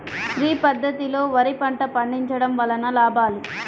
శ్రీ పద్ధతిలో వరి పంట పండించడం వలన లాభాలు?